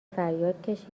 فریاد